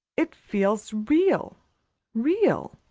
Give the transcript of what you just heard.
it feels real real.